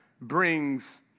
brings